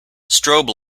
strobe